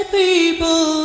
people